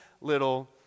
little